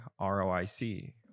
ROIC